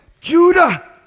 Judah